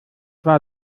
war